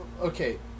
okay